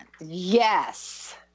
Yes